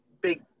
big